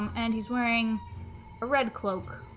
and he's wearing a red cloak